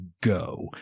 go